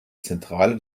zentrale